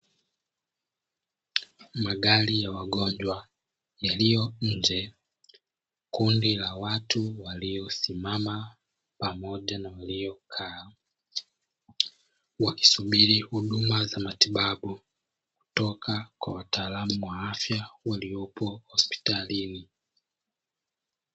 Magari ya wagonjwa yaliyo nje, kundi la watu waliosimama pamoja na waliokaa wakisubiri huduma za matibabu kutoka kwa wataalamu wa afya waliopo hospitalini.